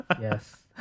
Yes